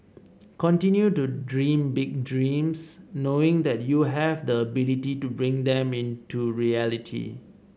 continue to dream big dreams knowing that you have the ability to bring them into reality